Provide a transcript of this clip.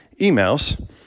emails